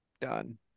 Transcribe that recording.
done